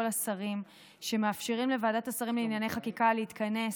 השרים שמאפשרים לוועדת השרים לענייני חקיקה להתכנס.